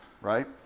right